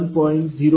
41